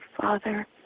Father